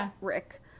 Rick